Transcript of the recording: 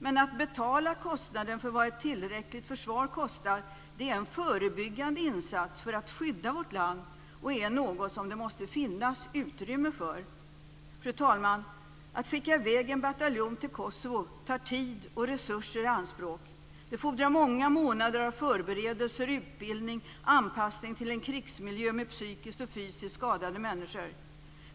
Men att betala kostnaden för ett tillräckligt försvar är en förebyggande insats för att skydda vårt land och något som det måste finnas utrymme för. Fru talman! Att skicka i väg en bataljon till Kosovo tar tid och resurser i anspråk. Det fordrar många månader av förberedelser, utbildning och anpassning till en krigsmiljö med psykiskt och fysiskt skadade människor.